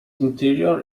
interior